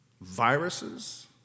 viruses